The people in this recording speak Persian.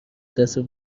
دست